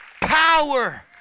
power